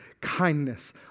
kindness